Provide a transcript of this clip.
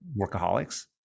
workaholics